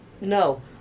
No